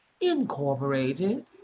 Incorporated